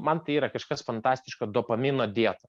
man tai yra kažkas fantastiško dopamino dieta